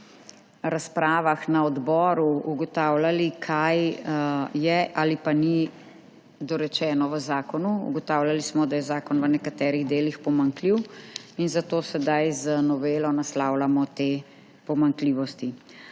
razpravah na odboru ugotavljali, kaj je ali pa ni dorečeno v zakonu. Ugotavljali smo, da je zakon v nekaterih delih pomanjkljiv in zato sedaj z novelo naslavljamo te pomanjkljivosti.